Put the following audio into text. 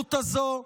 ההידרדרות הזו.